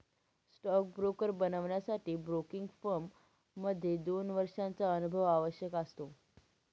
stock broker बनण्यासाठी broking firm मध्ये दोन वर्षांचा अनुभव आवश्यक असतो